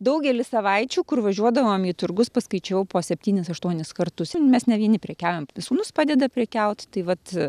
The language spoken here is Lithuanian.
daugelį savaičių kur važiuodavom į turgus paskaičiavau po septynis aštuonis kartus ir mes ne vieni prekiaujam sūnus padeda prekiaut tai vat